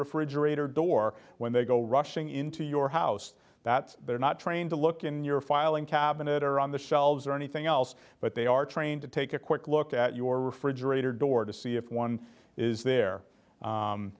refrigerator door when they go rushing into your house that they're not trained to look in your filing cabinet or on the shelves or anything else but they are trained to take a quick look at your refrigerator door to see if one is there